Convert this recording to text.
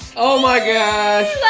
oh my gosh!